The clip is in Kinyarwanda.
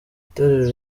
itorero